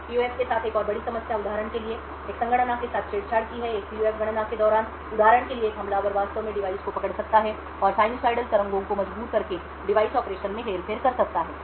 PUF के साथ एक और बड़ी समस्या उदाहरण के लिए एक संगणना के साथ छेड़छाड़ की है एक पीयूएफ गणना के दौरान उदाहरण के लिए एक हमलावर वास्तव में डिवाइस को पकड़ सकता है और साइनसोइडल तरंगों को मजबूर करके डिवाइस ऑपरेशन में हेरफेर कर सकता है